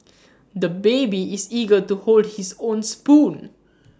the baby is eager to hold his own spoon